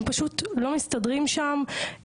הם פשוט לא מסתדרים שם,